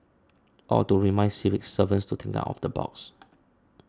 or to remind civil servants to think out of the box